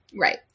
Right